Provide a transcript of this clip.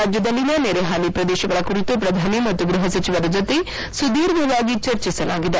ರಾಜ್ಲದಲ್ಲಿನ ನೆರೆ ಹಾನಿ ಪ್ರದೇಶಗಳ ಕುರಿತು ಪ್ರಧಾನಿ ಮತ್ತು ಗ್ರಹ ಸಚಿವರ ಜತೆ ಸುಧೀರ್ಘವಾಗಿ ಚರ್ಚಿಸಲಾಗಿದೆ